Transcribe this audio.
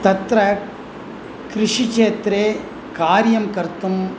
तत्र कृषिक्षेत्रे कार्यं कर्तुम्